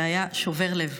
זה היה שובר לב,